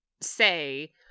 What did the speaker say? say